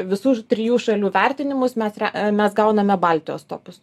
visų š trijų šalių vertinimus mes rea mes gauname baltijos topus